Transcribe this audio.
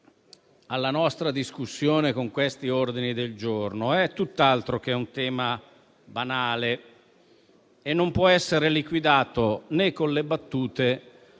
alla nostra discussione con questi ordini del giorno è tutt'altro che banale e non può essere liquidato né con le battute